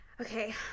Okay